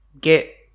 get